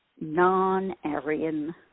non-Aryan